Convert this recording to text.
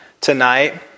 tonight